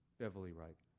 beverly wright.